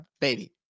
baby